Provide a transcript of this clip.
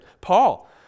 Paul